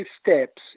steps